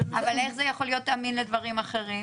אבל איך זה יכול להיות אמין לדברים אחרים?